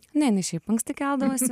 ne jinai šiaip anksti keldavosi